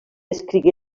escrigué